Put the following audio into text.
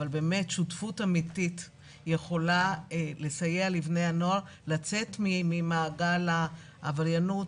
אבל באמת שותפות אמיתית יכולה לסייע לבני הנוער לצאת ממעגל העבריינות,